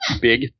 big